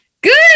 good